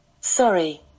Sorry